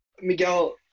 Miguel